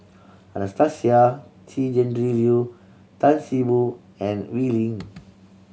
Anastasia Tjendri Liew Tan See Boo and Wee Lin